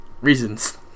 reasons